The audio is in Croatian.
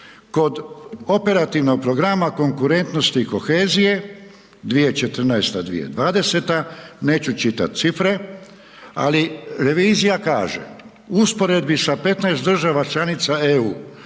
kod operativnih programa konkurentnosti i kohezije 2014.-2020. neću čitati cifre, ali revizija kaže, u usporedbi sa 15 država članica EU,